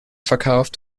verkauft